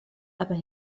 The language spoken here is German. aber